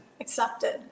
accepted